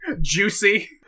juicy